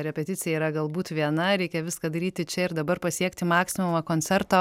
repeticija yra galbūt viena reikia viską daryti čia ir dabar pasiekti maksimumą koncerto